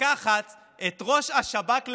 לקחת את ראש השב"כ לשעבר,